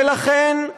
ולכן,